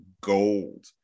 gold